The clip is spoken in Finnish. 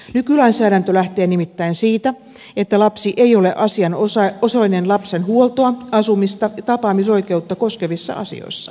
nykylainsäädäntö lähtee nimittäin siitä että lapsi ei ole asianosainen lapsen huoltoa asumista ja tapaamisoikeutta koskevissa asioissa